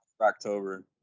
October